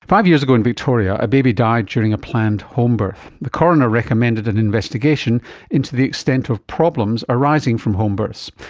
five years ago in victoria a baby died during a planned homebirth. the coroner recommended an investigation into the extent of problems arising from home births.